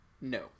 No